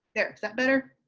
there. does that matter?